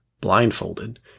blindfolded